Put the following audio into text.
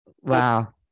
Wow